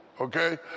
Okay